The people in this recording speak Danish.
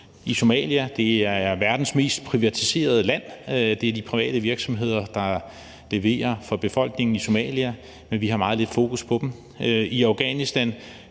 Somalia, som er verdens mest privatiserede land, er det private virksomheder, der leverer til befolkningen, men vi har meget lidt fokus på dem.